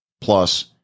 plus